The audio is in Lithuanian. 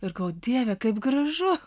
ir galvojau dieve kaip gražu